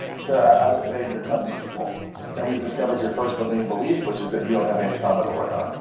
sure. i would say your cup is too full and we've discovered your first limiting belief which is that you don't have any trauma to work on.